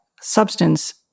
substance